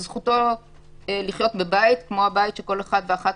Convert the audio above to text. זכותו לחיות בבית כמו הבית שכל אחד ואחת